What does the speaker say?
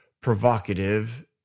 provocative